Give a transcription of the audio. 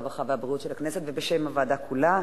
הרווחה והבריאות של הכנסת ובשם הוועדה כולה.